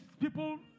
people